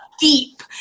deep